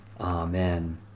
Amen